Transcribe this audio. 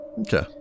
Okay